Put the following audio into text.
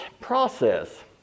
process